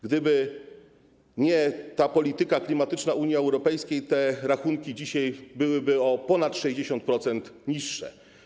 Gdyby nie polityka klimatyczna Unii Europejskiej, te rachunki dzisiaj byłyby o ponad 60% niższe.